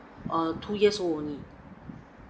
err two years only